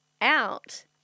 out